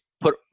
put